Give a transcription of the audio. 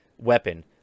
weapon